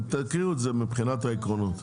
תקריאו את זה מבחינת העקרונות.